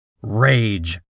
Rage